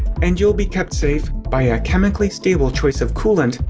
and you'll be kept safe by a chemically stable choice of coolant,